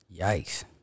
Yikes